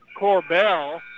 Corbell